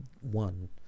one